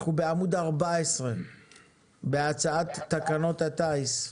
אנחנו בעמוד 14 בהצעת תקנות הטיס.